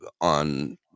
on